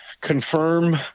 confirm